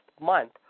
month